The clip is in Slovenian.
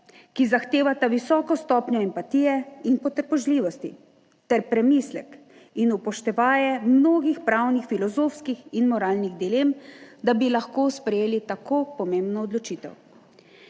ki zahtevata visoko stopnjo empatije in potrpežljivosti ter premislek in upoštevaje mnogih pravnih, filozofskih in moralnih dilem, da bi lahko sprejeli tako pomembno odločitev.